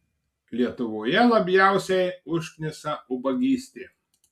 lietuvoje labiausiai užknisa ubagystė